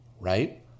right